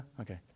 Okay